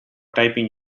typing